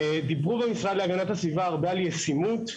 דיברו במשרד להגנת הסביבה הרבה על ישימות.